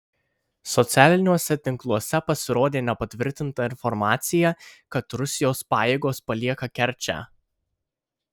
socialiniuose tinkluose pasirodė nepatvirtinta informacija kad rusijos pajėgos palieka kerčę